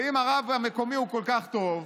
ואם הרב המקומי הוא כל כך טוב,